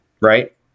right